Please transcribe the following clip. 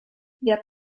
wer